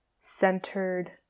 centered